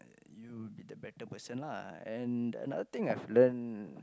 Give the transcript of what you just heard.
you will be the better person lah and another thing I've learnt